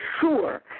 sure